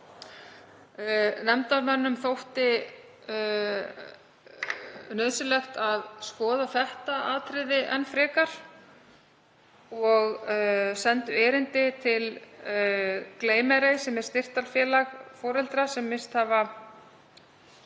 Nefndarmönnum þótti nauðsynlegt að skoða þetta atriði enn frekar og sendu erindi til Gleym mér ei sem er styrktarfélag foreldra sem misst hafa